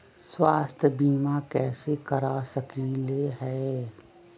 स्वाथ्य बीमा कैसे करा सकीले है?